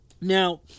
Now